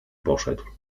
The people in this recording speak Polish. poszedł